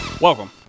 Welcome